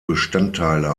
bestandteile